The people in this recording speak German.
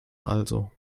also